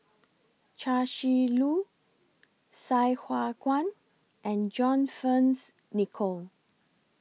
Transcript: Chia Shi Lu Sai Hua Kuan and John Fearns Nicoll